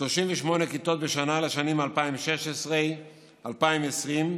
38 כיתות בשנה לשנים 2016 2020,